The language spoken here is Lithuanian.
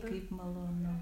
kaip malonu